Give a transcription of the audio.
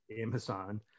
Amazon